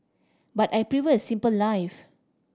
but I prefer a simple life